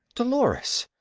dolores!